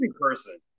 person